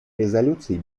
резолюций